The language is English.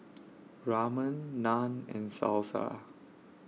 Ramen Naan and Salsa